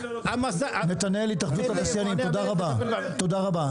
תודה רבה.